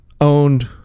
owned